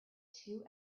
two